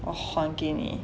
我还给你